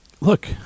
Look